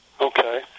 Okay